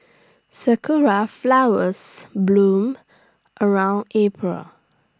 Sakura Flowers bloom around April